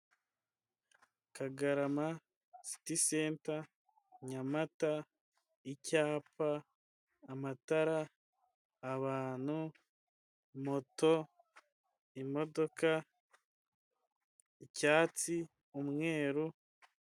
Kagarama siti senta Nyamata, icyapa, amatara, abantu, moto, imodoka, icyatsi, umweru.